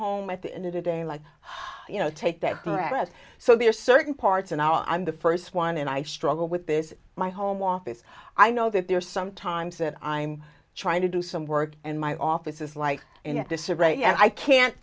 home at the end it a day like you know take that bread so there are certain parts and i'm the first one and i struggle with this my home office i know that there are some times that i'm trying to do some work and my office is like in disarray and i can't